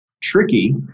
tricky